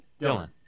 Dylan